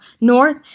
north